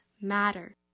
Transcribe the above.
Matter